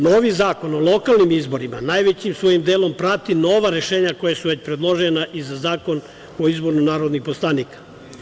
Novi Zakon o lokalnim izborima najvećim svojim delom prati nova rešenja koja su već predložena i za Zakon o izboru narodnih poslanika.